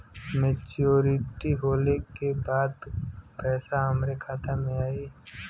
Maturity होले के बाद पैसा हमरे खाता में आई?